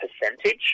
percentage